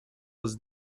was